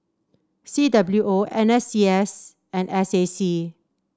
C W O N S C S and S A C